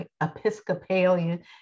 Episcopalian